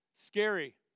scary